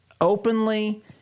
openly